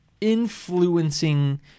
influencing